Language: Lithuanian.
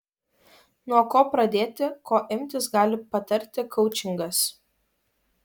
nuo ko pradėti ko imtis gali patarti koučingas